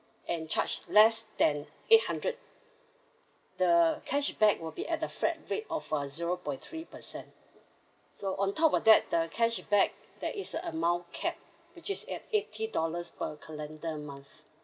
and charge less than eight hundred the cashback will be at the flat rate of uh zero point three percent so on top of that the cashback there is a amount cap which is at eighty dollars per calendar month